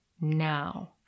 now